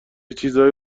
چیزایی